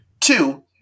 two